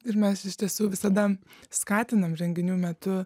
ir mes iš tiesų visada skatinam renginių metu